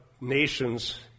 nations